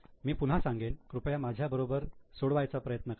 मी पुन्हा सांगेन कृपया माझ्या बरोबर सोडवायचा प्रयत्न करा